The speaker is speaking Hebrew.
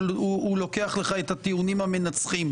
הוא לוקח לך את הטיעונים המנצחים.